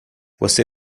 você